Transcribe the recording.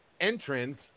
entrance